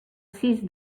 sis